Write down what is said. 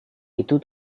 itu